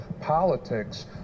politics